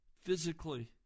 physically